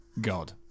God